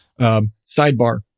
Sidebar